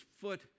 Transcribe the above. foot